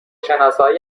شناسایی